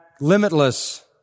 limitless